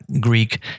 Greek